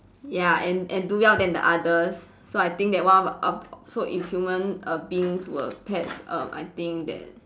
ya and and do well than the others so I think that one of of so if human err beings were pets err I think that